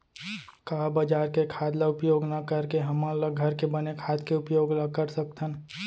का बजार के खाद ला उपयोग न करके हमन ल घर के बने खाद के उपयोग ल कर सकथन?